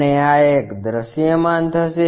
અને આ એક દૃશ્યમાન થશે